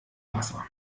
wasser